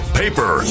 paper